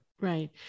Right